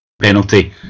penalty